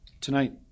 tonight